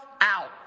out